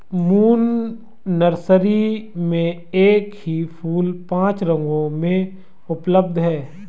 moon nursery में एक ही फूल पांच रंगों में उपलब्ध है